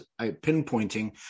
pinpointing